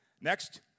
Next